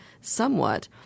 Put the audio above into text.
somewhat